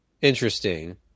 interesting